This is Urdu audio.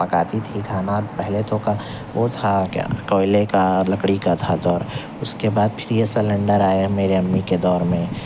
پکاتی تھی کھانا پہلے تو کا وہ تھا کیا کوئلے کا لکڑی کا تھا دور اس کے بعد پھر یہ سلینڈر آیا میرے امی کے دور میں